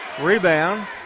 Rebound